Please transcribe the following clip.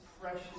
precious